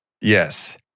Yes